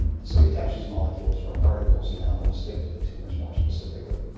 and so we attach these molecules to our particles and now they'll stick to the tumours more specifically.